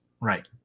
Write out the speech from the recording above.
right